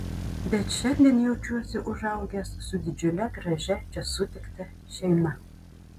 bet šiandien jaučiuosi užaugęs su didžiule gražia čia sutikta šeima